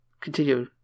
continue